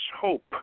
hope